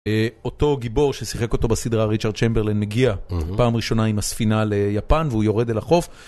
אותו גיבור ששיחק אותו בסדרה ריצ'רד צ׳מברלין מגיע פעם ראשונה עם הספינה ליפן והוא יורד אל החוף